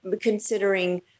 considering